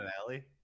alley